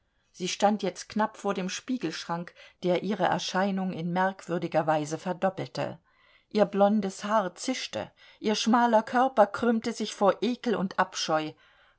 sie stand jetzt knapp vor dem spiegelschrank der ihre erscheinung in merkwürdiger weise verdoppelte ihr blondes haar zischte ihr schmaler körper krümmte sich vor ekel und abscheu